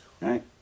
right